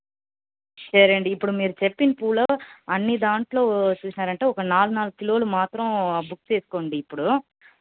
సరే అండి ఇప్పుడు మీరు చెప్పిన పూలు అన్ని దానిలో చూసారంటే ఒక నాలుగు నాలుగు కిలోలు మాత్రం బుక్ చేసుకోండి ఇప్పుడు